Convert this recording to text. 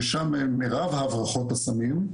ששם מירב הברחות הסמים,